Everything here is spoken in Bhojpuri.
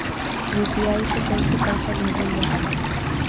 यू.पी.आई से कइसे पैसा भेजल जाला?